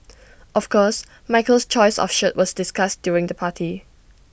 of course Michael's choice of shirt was discussed during the party